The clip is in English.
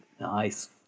Nice